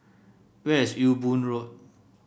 where is Ewe Boon Road